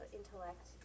intellect